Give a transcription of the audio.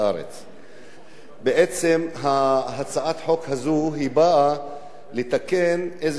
בעצם הצעת החוק הזאת באה לתקן איזשהו עוול